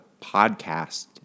podcast